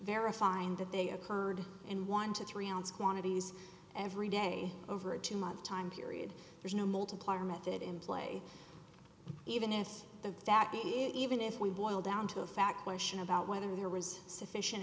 verifying that they occurred in one to three ounce quantities every day over a two month time period there's no multiplier method in play even if the fact is even if we boil down to a fact question about whether there was sufficient